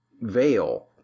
veil